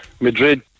Madrid